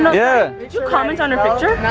yeah did you comment on her picture?